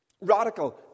Radical